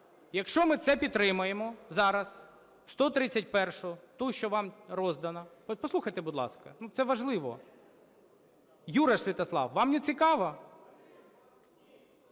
Якщо ми це підтримаємо зараз, 131-у - ту, що вам роздана… От послухайте, будь ласка, це важливо. Юраш Святославе, вам не цікаво?